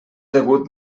degut